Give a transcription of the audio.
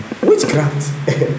Witchcraft